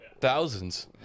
Thousands